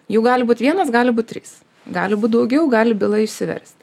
jų gali būt vienas gali būt trys gali būt daugiau gali byla išsiversti